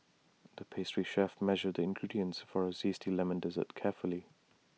the pastry chef measured the ingredients for A Zesty Lemon Dessert carefully